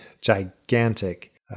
gigantic